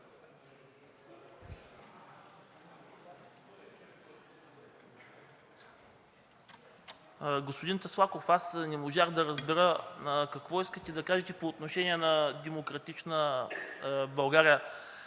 Господин Таслаков, не можах да разбера какво искате да кажете по отношение на „Демократична България“